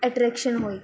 attraction ਹੋਈ